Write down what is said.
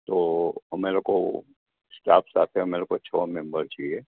તો અમે લોકો સ્ટાફ સાથે અમે લોકો છ મેમ્બર છીએ